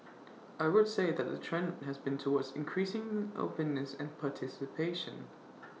I would say that the trend has been towards increasing openness and participation